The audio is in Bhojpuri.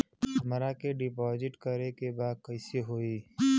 हमरा के डिपाजिट करे के बा कईसे होई?